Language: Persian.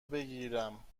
بگیرم